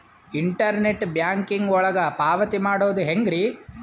Internet banking ಒಳಗ ಪಾವತಿ ಮಾಡೋದು ಹೆಂಗ್ರಿ?